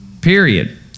period